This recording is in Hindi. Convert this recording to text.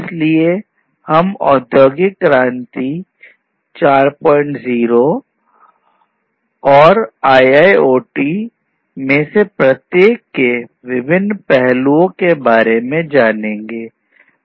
इसलिए हम औद्योगिक क्रांति 40 और IIoT में से प्रत्येक के विभिन्न पहलुओं के बारे में जानेंगे